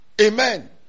amen